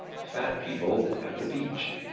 fat people at the beach